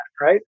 right